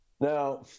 Now